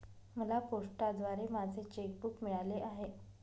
मला पोस्टाद्वारे माझे चेक बूक मिळाले आहे